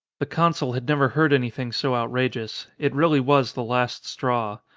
the consul had never heard anything so out rageous. it really was the last straw.